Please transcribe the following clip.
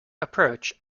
approach